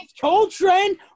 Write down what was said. Coltrane